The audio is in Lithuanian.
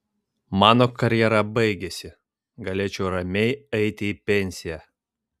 mano karjera baigiasi galėčiau ramiai eiti į pensiją